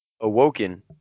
Awoken